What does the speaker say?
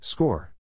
Score